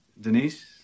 Denise